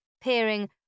peering